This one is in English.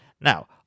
Now